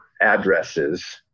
addresses